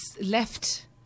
left